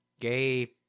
gay